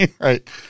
Right